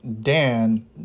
Dan